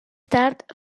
tard